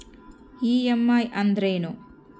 EMI ಅಂದ್ರೇನು?